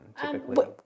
typically